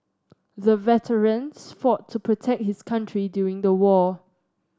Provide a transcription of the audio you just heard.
the veterans fought to protect his country during the war